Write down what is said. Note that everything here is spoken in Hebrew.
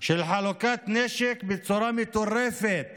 של חלוקת נשק בצורה מטורפת